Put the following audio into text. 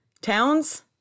towns